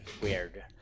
weird